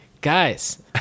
Guys